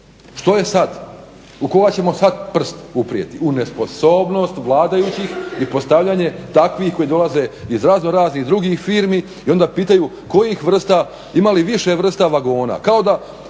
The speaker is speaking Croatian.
što je sad? U koga ćemo sad prst uprijeti? U nesposobnost vladajućih i postavljanje takvih koji dolaze iz raznoraznih drugih firmi i onda pitaju kojih vrsta, ima li više vrsta vagona?